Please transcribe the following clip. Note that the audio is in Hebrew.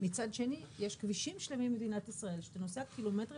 מצד שני יש כבישים שלמים במדינת ישראל שאתה נוסע קילומטרים